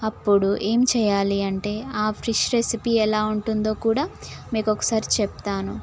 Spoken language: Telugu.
అప్పుడు ఏం చేయాలి అంటే ఆ ఫిష్ రెసిపీ ఎలా ఉంటుందో కూడా మీకు ఒకసారి చెప్తాను